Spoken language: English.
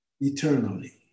Eternally